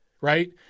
right